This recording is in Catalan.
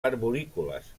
arborícoles